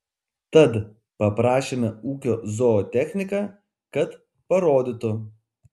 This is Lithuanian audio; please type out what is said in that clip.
tad paprašėme ūkio zootechniką kad parodytų